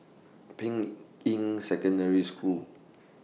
Ping Secondary School